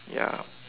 ya